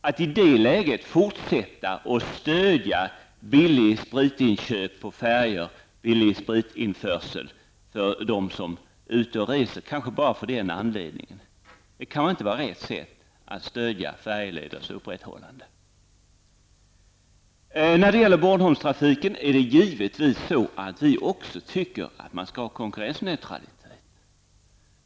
Att i det läget fortsätta att stödja billigt spritinköp på färjor för dem som är ute och reser, kanske bara av den anledningen, kan inte vara det rätta sättet att stödja upprätthållandet av färjeleder. När det gäller Bornholmstrafiken är det givetvis så att även vi tycker att man skall ha konkurrensneutralitet.